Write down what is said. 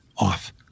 off